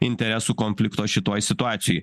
interesų konflikto šitoj situacijoj